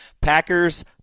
Packers